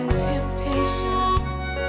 temptations